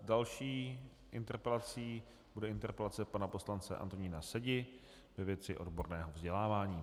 Další interpelací bude interpelace pana poslance Antonína Sedi ve věci odborného vzdělávání.